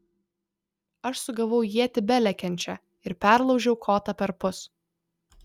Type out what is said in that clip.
aš sugavau ietį belekiančią ir perlaužiau kotą perpus